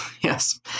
Yes